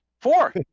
Four